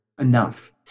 enough